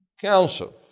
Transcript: council